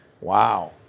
Wow